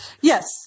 Yes